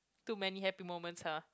too many happy moment lah